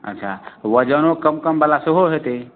अच्छा वजनो कम कमवला सेहो हेतै